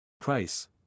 Price